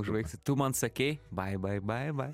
užbaigsiu tu man sakei bai bai bai bai